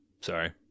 Sorry